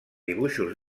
dibuixos